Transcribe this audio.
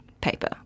paper